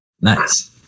nice